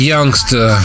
Youngster